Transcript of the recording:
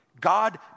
God